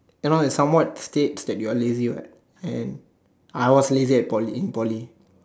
ya lah that somewhat state that you are lazy what and I was lazy at Poly in Poly